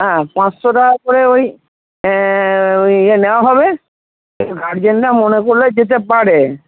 হ্যাঁ পাঁচশো টাকা করে ওই ওই নেওয়া হবে গার্জেনরা মনে করলে যেতে পারে